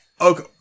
okay